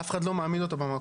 אף אחד לא מעמיד אותו במקום,